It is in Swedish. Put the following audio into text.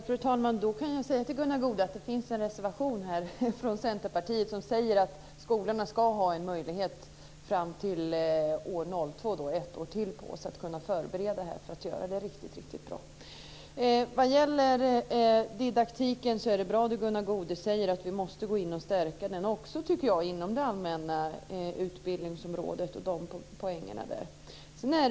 Fru talman! Då kan jag säga till Gunnar Goude att det finns en reservation från Centerpartiet som säger att skolorna ska ha en möjlighet fram till 2002 - ett år till - för att förbereda det här och för att kunna göra det riktigt bra. Det är bra att Gunnar Goude säger att vi måste gå in och stärka didaktiken. Det måste vi också göra, tycker jag, inom det allmänna utbildningsområdet och när det gäller poängen där.